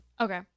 okay